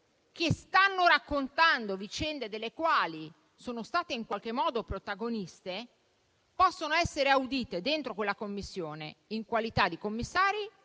che stanno raccontando vicende delle quali sono state in qualche modo protagoniste possano essere audite all'interno di quella Commissione, in qualità di commissari